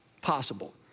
possible